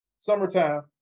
summertime